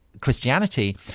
Christianity